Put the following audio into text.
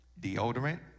deodorant